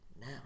now